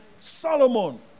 Solomon